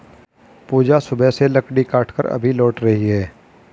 पूजा सुबह से लकड़ी काटकर अभी लौट रही है